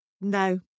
No